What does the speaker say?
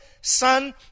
son